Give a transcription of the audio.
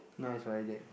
no expiry date